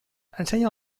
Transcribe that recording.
ensenya